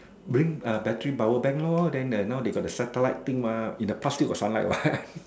bring err battery powerbank lor then the now they got the satellite thing mah in the past still got sunlight what